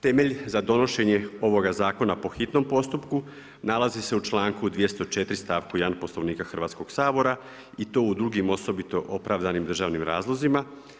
Temelj za donošenje ovoga zakona po hitnom postupku nalazi se u članku 204. stavku 1. Poslovnika Hrvatskoga sabora i to u drugim osobito opravdanim državnim razlozima.